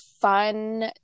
fun